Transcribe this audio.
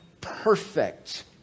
perfect